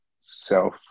self